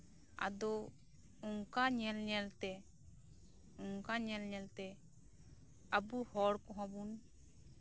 ᱟᱫᱚ ᱚᱱᱠᱟ ᱧᱮᱞ ᱧᱮᱞᱛᱮ ᱚᱱᱠᱟ ᱧᱮᱞ ᱧᱮᱞᱛᱮ ᱟᱵᱩ ᱦᱚᱲ ᱠᱚᱦᱚᱸ ᱵᱩᱱ